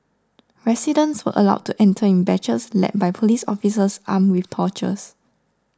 residents were allowed to enter in batches led by police officers armed with torches